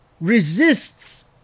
resists